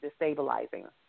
destabilizing